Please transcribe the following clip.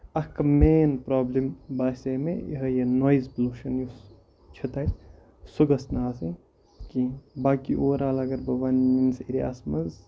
اکھ main problem باسیے مےٚ یہِ ہے یہِ نوٚیِز پَلوٗشن یُس چھُ تَتہِ سُہ گوٚژھ نہٕ آسُن کیٚنٛہہ باقٕے اُور آل اگر بہٕ وَنہٕ میٲنِس ایریا ہَس منٛز